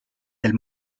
del